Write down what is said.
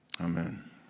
Amen